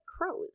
crows